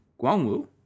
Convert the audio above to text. Guangwu